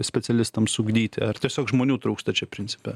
specialistams ugdyti ar tiesiog žmonių trūksta čia principe